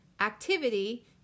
activity